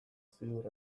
ziur